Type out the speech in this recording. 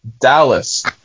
Dallas